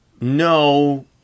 no